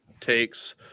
takes